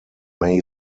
may